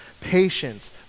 patience